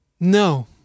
No